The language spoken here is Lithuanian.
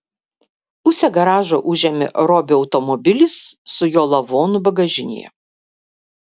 pusę garažo užėmė robio automobilis su jo lavonu bagažinėje